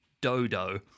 Dodo